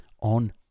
on